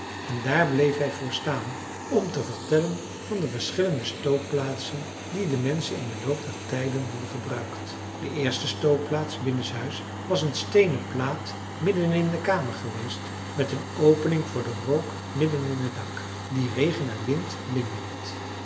en daar bleef hij voor staan om te vertellen van de verschillende stookplaatsen die de menschen in den loop der tijden hadden gebruikt de eerste stookplaats binnenshuis was een steenen plaat midden in de kamer geweest met een opening voor den rook midden in het dak die regen en wind binnen